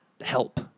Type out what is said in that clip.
help